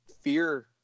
fear –